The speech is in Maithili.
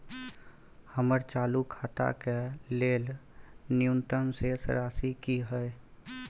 हमर चालू खाता के लेल न्यूनतम शेष राशि की हय?